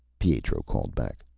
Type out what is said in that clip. pietro called back.